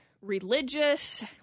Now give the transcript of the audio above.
religious